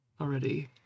already